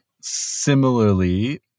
Similarly